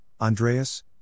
Andreas